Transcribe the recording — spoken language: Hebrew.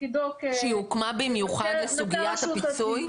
בתפקידו כ- -- שהיא הוקמה במיוחד לסוגיית הפיצוי?